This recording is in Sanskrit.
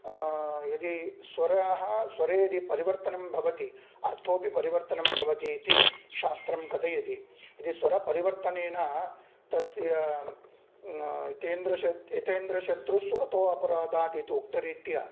यदि स्वराः स्वरे यदि परिवर्तनं भवति अर्थोऽपि परिवर्तनं भवति इति शास्त्रं कथयति यदि स्वरपरिवर्तनेन तस्य तेन्द्रश यथेन्द्रशत्रुस्वरतोपराधात् इति उक्तरीत्या